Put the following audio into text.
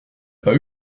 pas